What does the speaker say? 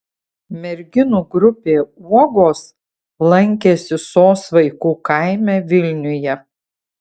merginų grupė uogos lankėsi sos vaikų kaime vilniuje